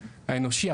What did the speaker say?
האנושי,